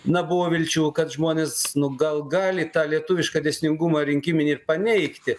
na buvo vilčių kad žmonės nu gal gali tą lietuvišką dėsningumą rinkiminį ir paneigti